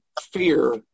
fear